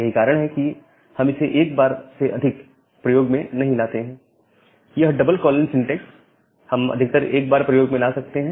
यही कारण है कि हम इसे एक बार से अधिक प्रयोग में नहीं लाते हैं यह डबल कॉलन सिंटेक्स हम अधिकतम एक बार प्रयोग में ला सकते हैं